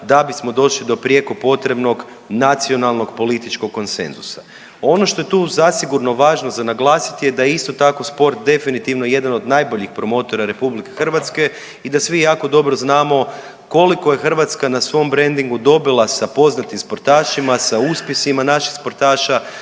da bismo došli do prijeko potrebnog nacionalnog političkog konsenzusa. Ono što je tu zasigurno važno za naglasiti je da isto tako sport definitivno jedan od najboljih promotora Republike Hrvatske i da svi jako dobro znamo koliko je Hrvatska na svom brendingu dobila sa poznatim sportašima, sa uspjesima naših sportaša,